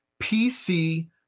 PC